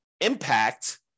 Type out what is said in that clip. impact